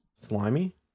slimy